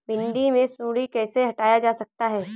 भिंडी से सुंडी कैसे हटाया जा सकता है?